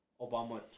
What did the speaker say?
Obama